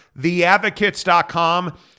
Theadvocates.com